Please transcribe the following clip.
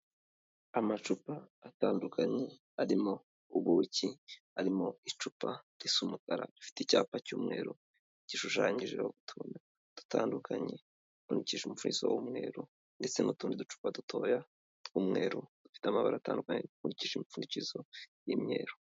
Amacupa atandukanye arimo ubuki arimo icupa risa umukara rifite icyapa cy'umweru gishushanyijeho utuntu dutandukanye, dupfundikije umufundikizo w'umweru ndetse n'utundi ducupa dutoya tw'umweru dufite amabara atandukanye dupfundikije imipfundikizo y'imyeru.